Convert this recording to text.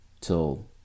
till